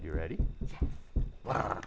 you're ready now